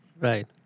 Right